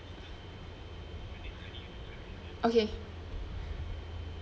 okay